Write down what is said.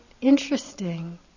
interesting